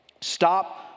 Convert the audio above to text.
stop